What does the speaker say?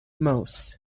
most